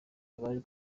abari